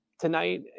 Tonight